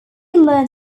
learned